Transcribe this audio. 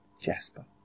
Jasper